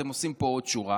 אתם עושים פה עוד שורה.